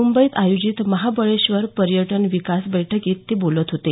मुंबईत आयोजित महाबळेश्वर पर्यटन विकास बैठकीत ते बोलत होते